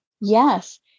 Yes